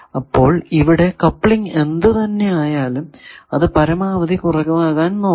അപ്പോൾ ഇവിടെ കപ്ലിങ് എന്ത് തന്നെ ആയാലും അത് പരമാവധി കുറവാകാൻ നോക്കണം